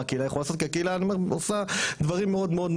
הקהילה יכולה לעשות כי הקהילה אני עושה דברים מאוד מאוד,